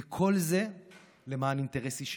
וכל זה למען אינטרס אישי.